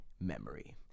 memory